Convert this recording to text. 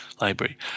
library